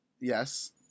yes